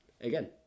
Again